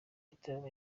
gitaramo